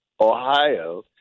Ohio